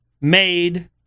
made